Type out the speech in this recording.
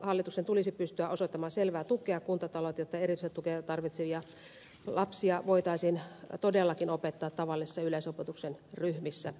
hallituksen tulisi pystyä osoittamaan selvää tukea kuntataloudelle jotta erityistukea tarvitsevia lapsia voitaisiin todellakin opettaa tavallisissa yleisopetuksen ryhmissä